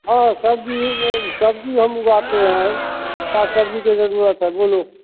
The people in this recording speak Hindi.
हाँ सब्ज़ी वो सब्ज़ी हम उगाते हैं साग सब्ज़ी की ज़रूरत है बोलो